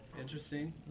Interesting